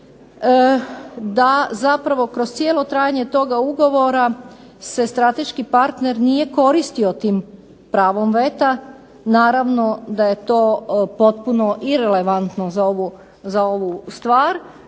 da zapravo kroz cijelo trajanje toga ugovora se strateški partner nije koristio tim pravom veta, naravno da je to potpuno irelevantno za ovu stvar,